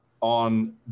on